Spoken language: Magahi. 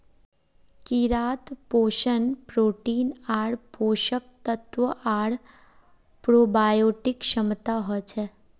कीड़ात पोषण प्रोटीन आर पोषक तत्व आर प्रोबायोटिक क्षमता हछेक